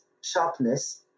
sharpness